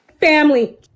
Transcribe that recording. family